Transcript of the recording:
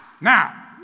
now